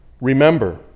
Remember